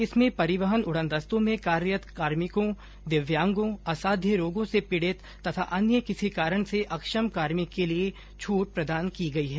इसमें परिवहन उड़नदस्तों में कार्यरत कार्मिकों दिव्यांगों असाध्य रोगों से पीड़ित तथा अन्य किसी कारण से अक्षम कार्मिकों के लिए छूट प्रदान की गई है